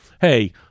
hey